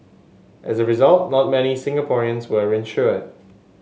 as a result not many Singaporeans were insured